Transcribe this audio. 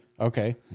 Okay